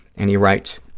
and he writes,